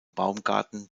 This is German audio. baumgarten